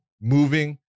moving